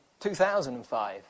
2005